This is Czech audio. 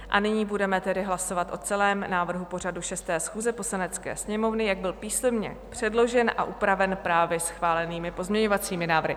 A nyní budeme tedy hlasovat o celém návrhu pořadu 6. schůze Poslanecké sněmovny, jak byl písemně předložen a upraven právě schválenými pozměňovacími návrhy.